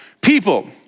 people